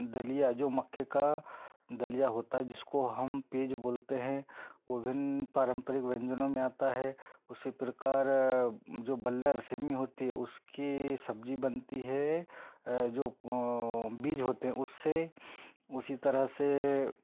दलिया जो मक्के का दलिया होता जिसको हम पेज बोलते हैं वो भिन्न पारंपरिक व्यंजनों में आता है उसी प्रकार जो बल्लर सेमी होती है उसकी सब्जी बनती हैं जो बीज होते हैं उससे उसी तरह से